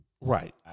Right